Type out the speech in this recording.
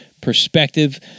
perspective